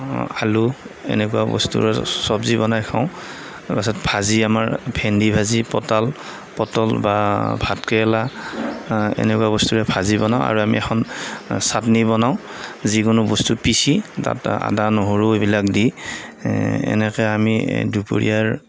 আলু এনেকুৱা বস্তুৰ চব্জী বনাই খাওঁ তাৰপাছত ভাজি আমাৰ ভেন্দি ভাজি পটাল পটল বা ভাত কেৰেলা এনেকুৱা বস্তুৰে ভাজি বনাওঁ আৰু আমি এখন চাট্নি বনাওঁ যিকোনো বস্তু পিচি তাত আদা নহৰু এইবিলাক দি এনেকে আমি দুপৰীয়াৰ